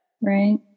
right